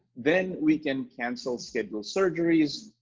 then we can cancel scheduled surgeries,